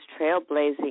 trailblazing